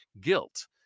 guilt